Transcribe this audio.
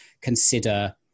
consider